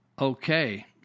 Okay